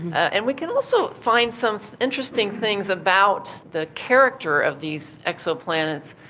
and we can also find some interesting things about the character of these exoplanets.